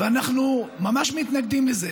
אנחנו ממש מתנגדים לזה.